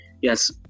Yes